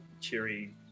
cheery